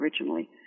originally